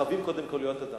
חייבים קודם כול להיות אדם.